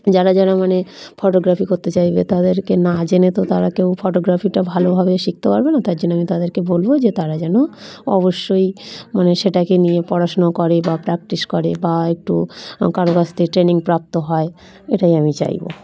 যারা যারা মানে ফটোগ্রাফি করতে চাইবে তাদেরকে না জেনে তো তারা কেউ ফটোগ্রাফিটা ভালোভাবে শিখতে পারবে না তার জন্য আমি তাদেরকে বলব যে তারা যেন অবশ্যই মানে সেটাকে নিয়ে পড়াশুনা করে বা প্র্যাকটিস করে বা একটু কারো কাছ থেকে ট্রেনিং প্রাপ্ত হয় এটাই আমি চাইব